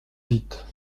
vite